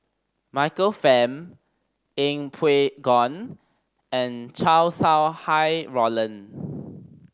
Michael Fam Yeng Pway Ngon and Chow Sau Hai Roland